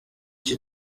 cyo